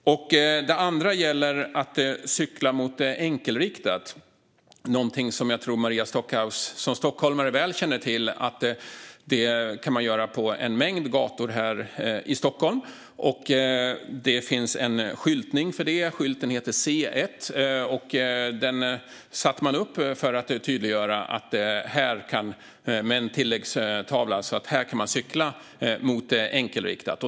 Min andra fråga gäller att cykla mot enkelriktat. Jag tror att Maria Stockhaus som stockholmare väl känner till att man kan göra det på en mängd gator här i Stockholm. Det finns en skyltning för detta - skylten heter C1. Den satte man upp med en tilläggstavla för att tydliggöra att det är tillåtet att cykla mot enkelriktat.